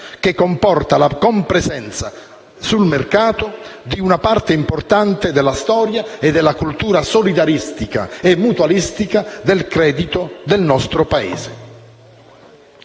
che comporta la compresenza sul mercato di una parte importante della storia e della cultura solidaristica e mutualista del credito del nostro Paese.